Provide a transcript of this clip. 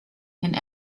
and